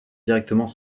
directement